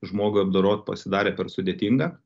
žmogui apdorot pasidarė per sudėtinga